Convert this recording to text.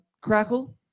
Crackle